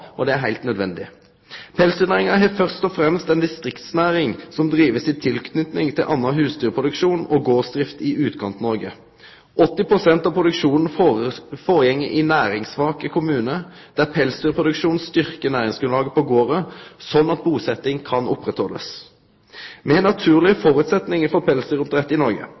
og det er heilt nødvendig. Pelsdyrnæringa er først og fremst ei distriktsnæring som blir driven i tilknyting til annan husdyrproduksjon og gardsdrift i Utkant-Noreg. 80 pst. av produksjonen føregår i næringssvake kommunar, der pelsdyrproduksjon styrkjer næringsgrunnlaget på garden, slik at busetjinga kan tryggjast. Me har naturlege føresetnader for pelsdyroppdrett i Noreg.